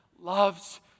loves